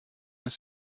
ist